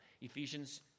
Ephesians